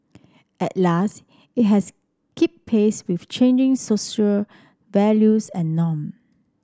and last it has keep pace with changing social values and norm